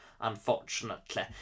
unfortunately